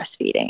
breastfeeding